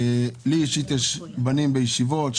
לי אישית יש בנים בישיבות,